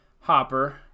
hopper